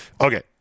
Okay